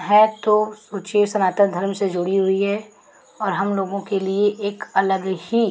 है तो उस ऊंची सनातन धर्म से जुड़ी हुई है और हमलोगों के लिए एक अलग ही